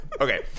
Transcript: Okay